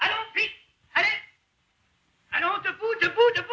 i don't i don't know